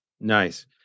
Nice